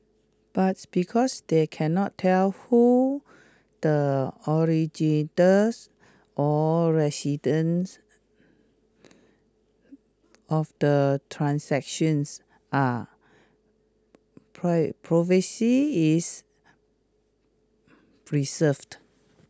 but because they cannot tell who the or residents of the transactions are privacy is preserved